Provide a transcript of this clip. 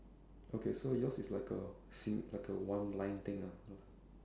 okay so yours is like a like a one line thing ah